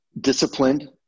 disciplined